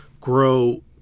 grow